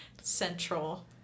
central